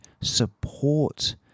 support